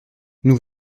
nous